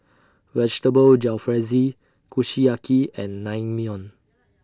Vegetable Jalfrezi Kushiyaki and Naengmyeon